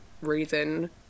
reason